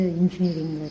engineering